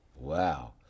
Wow